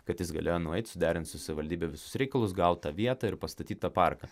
kad jis galėjo nueit suderint su savivaldybe visus reikalus gaut tą vietą ir pastatyt tą parką